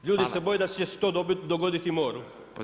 Ljudi se boje da će se to dogoditi moru.